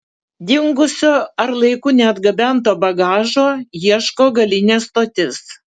dingusio ar laiku neatgabento bagažo ieško galinė stotis